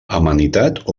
amenitat